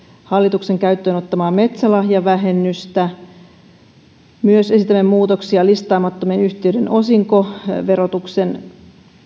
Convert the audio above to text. hallituksen käyttöön ottamaa metsälahjavähennystä esitämme myös muutoksia listaamattomien yhtiöiden osinkoverotuksen